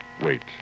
Wait